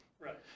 Right